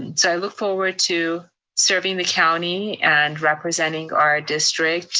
and so i look forward to serving the county and representing our district